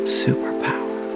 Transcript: superpower